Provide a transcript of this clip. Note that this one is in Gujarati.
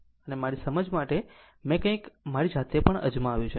આમ મારી સમજ માટે મેં કંઈક મારી જાતે પણ અજમાવ્યું છે